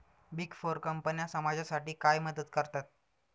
Big four कंपन्या समाजासाठी काय मदत करतात?